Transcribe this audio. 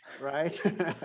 right